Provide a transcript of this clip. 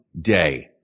day